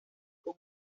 con